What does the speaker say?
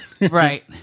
Right